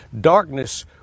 darkness